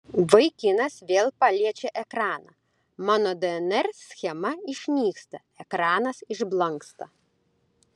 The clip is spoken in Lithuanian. vaikinas vėl paliečia ekraną mano dnr schema išnyksta ekranas išblanksta